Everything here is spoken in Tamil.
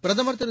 பிரதம் திரு